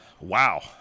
Wow